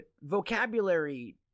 vocabulary